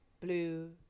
blue